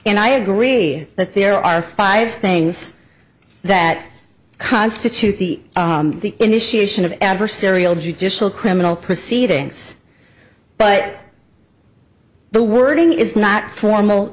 and i agree that there are five things that constitute the initiation of adversarial judicial criminal proceedings but the wording is not formal